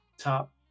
top